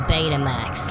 Betamax